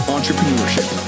Entrepreneurship